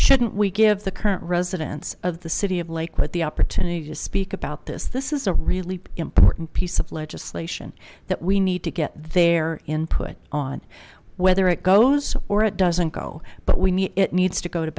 shouldn't we give the current residents of the city of lake with the opportunity to speak about this this is a really important piece of legislation that we need to get their input on whether it goes or it doesn't go but we need it needs to go to